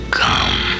come